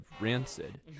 rancid